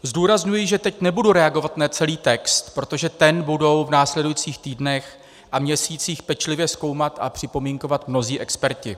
Zdůrazňuji, že teď nebudu reagovat na celý text, protože ten budou v následujících týdnech a měsících pečlivě zkoumat a připomínkovat mnozí experti.